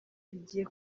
bigiye